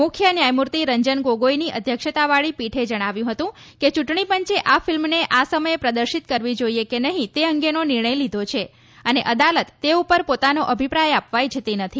મુખ્ય ન્યાયમૂર્તિ રંજન ગોગોઈની અધ્યક્ષતાવાળી પીઠે જણાવ્યું હતું કે ચૂંટણી પંચે આ ફિલ્મને આ સમયે પ્રદર્શિત કરવી જોઈએ કે નહીં તે અંગેનો નિર્ણય લીધો છે અને અદાલત તે ઉપર પોતાનો અભિપ્રાય આપવા ઈચ્છતી નથી